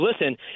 listen